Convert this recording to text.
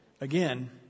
again